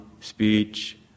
speech